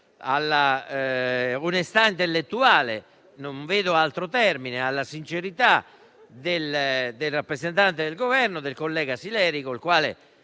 all'onestà intellettuale - non vedo altro termine - e alla sincerità del rappresentante del Governo, il collega Sileri, con il quale